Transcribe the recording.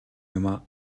юмаа